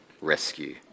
rescue